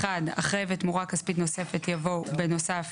(1)אחרי "ותמורה כספית נוספת" יבוא "ובנוסף